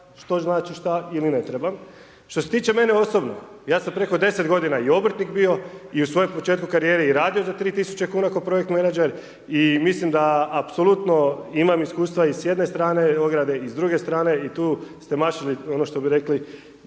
što znači što ili ne trebam. Što se tiče mene osobno, ja sam preko 10 godina i obrtnik bio i u svojem početku karijere i radio za 3 tisuće kuna kao projektni menadžer i mislim da apsolutno imam iskustva i s jedne strane ograne i s druge strane i tu ste mašili ono što bi rekli